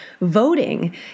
voting